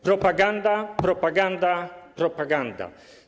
Propaganda, propaganda, propaganda.